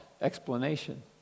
explanation